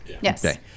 Yes